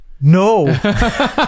no